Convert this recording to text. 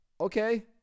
Okay